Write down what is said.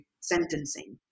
sentencing